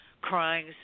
crying